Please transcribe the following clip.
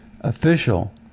official